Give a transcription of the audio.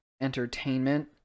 entertainment